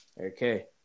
okay